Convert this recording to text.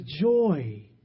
joy